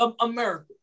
America